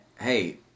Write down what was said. hey